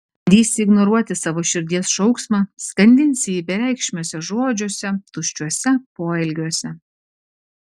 bandysi ignoruoti savo širdies šauksmą skandinsi jį bereikšmiuose žodžiuose tuščiuose poelgiuose